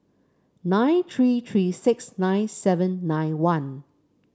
nine three three six nine seven nine one